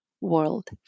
world